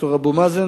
ד"ר אבו מאזן,